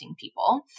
people